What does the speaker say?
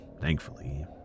thankfully